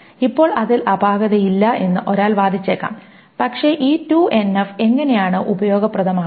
ഇപ്പോൾ അതിൽ അപാകതയില്ല എന്ന് ഒരാൾ വാദിച്ചേക്കാം പക്ഷേ ഈ 2NF എങ്ങനെയാണു ഉപയോഗപ്രദമാകുന്നത്